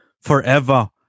forever